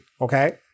Okay